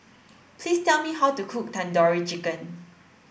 please tell me how to cook Tandoori Chicken